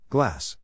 Glass